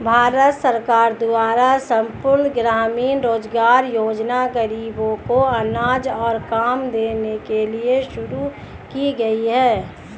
भारत सरकार द्वारा संपूर्ण ग्रामीण रोजगार योजना ग़रीबों को अनाज और काम देने के लिए शुरू की गई है